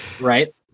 Right